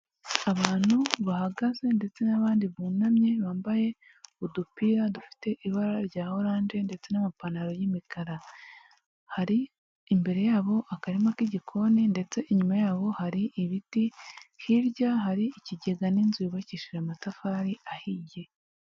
Abantu bahagaze ndetse n'abandi bunamye bambaye udupira dufite ibara rya oranje ndetse n'amapantaro y'imikara. Hari imbere yabo akarima k'igikoni ndetse inyuma yabo hari ibiti, hirya hari ikigega n'inzu yubakishije amatafari ahiye.